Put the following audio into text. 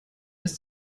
ist